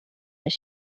that